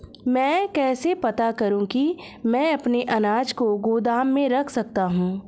मैं कैसे पता करूँ कि मैं अपने अनाज को गोदाम में रख सकता हूँ?